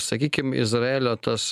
sakykim izraelio tas